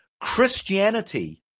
Christianity